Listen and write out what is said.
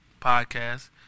Podcast